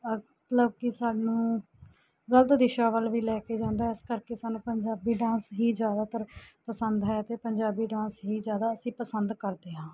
ਲੋਕ ਸਾਨੂੰ ਗਲਤ ਦਿਸ਼ਾ ਵੱਲ ਵੀ ਲੈ ਕੇ ਜਾਂਦਾ ਇਸ ਕਰਕੇ ਸਾਨੂੰ ਪੰਜਾਬੀ ਡਾਂਸ ਹੀ ਜ਼ਿਆਦਾਤਰ ਪਸੰਦ ਹੈ ਅਤੇ ਪੰਜਾਬੀ ਡਾਂਸ ਹੀ ਜ਼ਿਆਦਾ ਅਸੀਂ ਪਸੰਦ ਕਰਦੇ ਹਾਂ